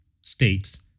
states